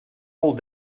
molt